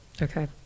okay